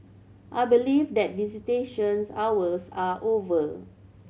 I believe that visitations hours are over